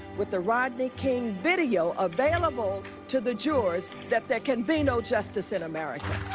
with the rodney king video available to the jurors, that there can be no justice in america.